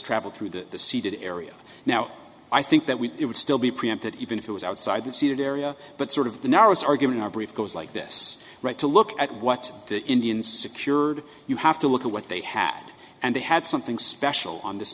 travel through the the seated area now i think that we would still be preempted even if it was outside the seated area but sort of the narrowest arguing our brief goes like this right to look at what the indians secured you have to look at what they had and they had something special on this